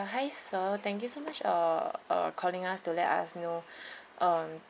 hi sir thank you so much uh uh calling us to let us know uh